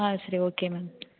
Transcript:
ஆ சரி okay ma'am